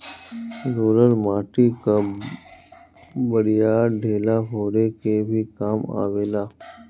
roller माटी कअ बड़ियार ढेला फोरे के भी काम आवेला